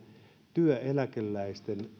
työeläkeläistemme